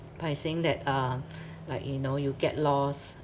by saying that uh like you know you get lost